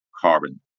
carbon